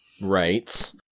Right